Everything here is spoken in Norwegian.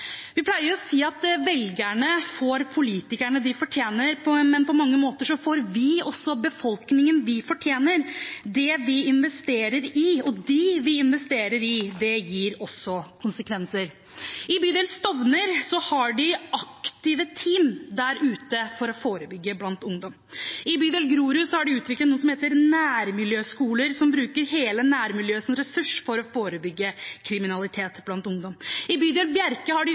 Vi pleier å si at velgerne får de politikerne de fortjener, men på mange måter får vi også befolkningen vi fortjener. Det vi investerer i, og de vi investerer i, gir også konsekvenser. I bydelen Stovner har de aktive team der ute, for å forebygge blant ungdom. I bydelen Grorud har de utviklet noe som heter nærmiljøskoler, som bruker hele nærmiljøet som ressurs for å forebygge kriminalitet blant ungdom. I bydelen Bjerke har de